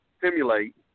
simulate